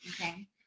Okay